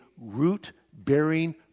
root-bearing